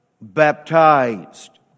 baptized